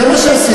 זה מה שעשינו.